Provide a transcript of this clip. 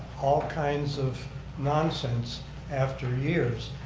all kinds of nonsense after years.